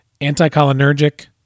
Anticholinergic